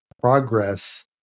progress